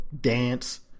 Dance